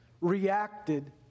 reacted